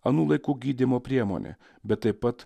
anų laikų gydymo priemonė bet taip pat